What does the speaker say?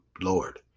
Lord